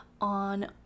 on